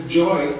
joy